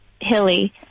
hilly